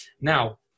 Now